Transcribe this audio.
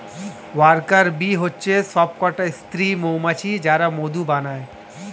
worker bee হচ্ছে সবকটা স্ত্রী মৌমাছি যারা মধু বানায়